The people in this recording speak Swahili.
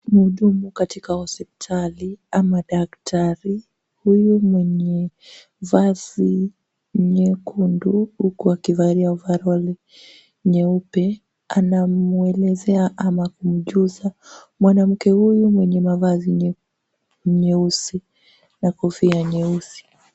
Mhudumu katika hospitali ama daktari huyu mwenye vazi nyekundu huku akivalia ovaroli nyeupe anamuelezea ama kumjuza mwanamke huyu mwenye mavazi nyeusi na kofia nyeusi.